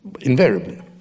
invariably